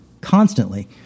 constantly